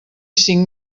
cinc